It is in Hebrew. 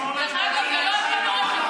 תפסיקו עם זה.